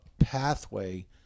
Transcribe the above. pathway